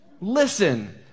Listen